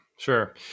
Sure